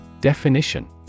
Definition